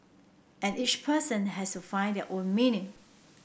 and each person has to find their own meaning